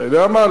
אתה יודע מה,